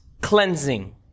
cleansing